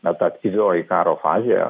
na ta aktyvioji karo fazė